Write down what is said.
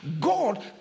God